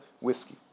whiskey